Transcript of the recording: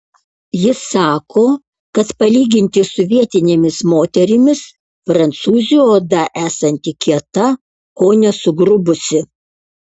jis sako kad palyginti su vietinėmis moterimis prancūzių oda esanti kieta kone sugrubusi